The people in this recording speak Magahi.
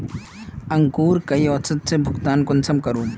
अंकूर कई औसत से भुगतान कुंसम करूम?